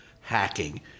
hacking